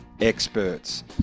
experts